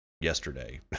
yesterday